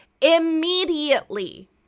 Immediately